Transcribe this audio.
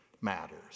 matters